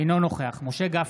אינו נוכח משה גפני,